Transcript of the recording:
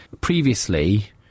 previously